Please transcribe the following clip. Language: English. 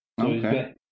Okay